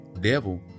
Devil